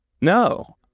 No